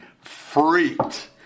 freaked